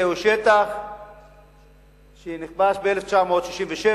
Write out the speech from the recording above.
זהו שטח שנכבש ב-1967,